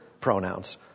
pronouns